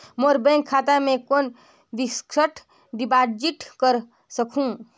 मोर bank खाता मे कौन फिक्स्ड डिपॉजिट कर सकहुं?